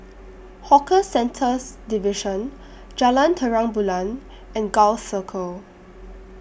Hawker Centres Division Jalan Terang Bulan and Gul Circle